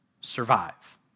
survive